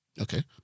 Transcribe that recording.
Okay